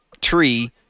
tree